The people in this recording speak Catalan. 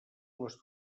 les